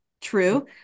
true